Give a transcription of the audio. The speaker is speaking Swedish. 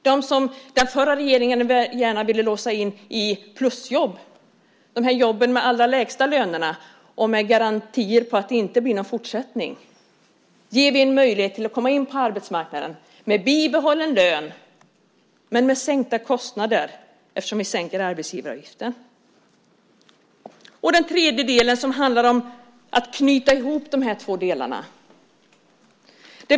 Dem som den förra regeringen gärna ville låsa in i plusjobb, i jobben med de allra lägsta lönerna och med garantier om att det inte blir någon fortsättning, ger vi alltså en möjlighet att komma in på arbetsmarknaden med bibehållen lön - till sänkta kostnader eftersom vi sänker arbetsgivaravgiften. Den tredje delen handlar om att knyta ihop de två delarna.